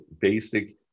basic